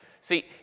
See